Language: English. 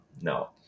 No